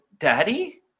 daddy